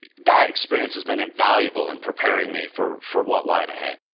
that experience has been invaluable in preparing me for for what lied ahead.